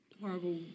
horrible